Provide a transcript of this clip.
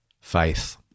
Faith